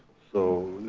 so,